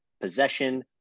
possession